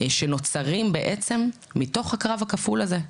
שנוצרים בעצם מתוך הקרב הכפול הזה.